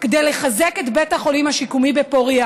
כדי לחזק את בית החולים השיקומי בפוריה